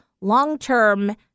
long-term